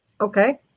Okay